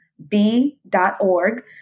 B.org